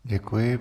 Děkuji.